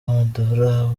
bandora